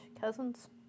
cousins